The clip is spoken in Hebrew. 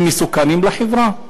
הם מסוכנים לחברה?